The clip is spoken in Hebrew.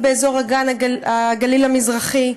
באזור אגן הגליל המזרחי.